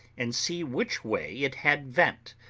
and see which way it had vent.